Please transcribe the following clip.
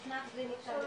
מסמך זה נכתב